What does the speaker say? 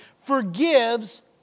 forgives